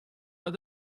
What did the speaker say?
all